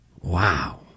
Wow